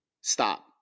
stop